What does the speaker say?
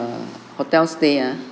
err hotel stay ah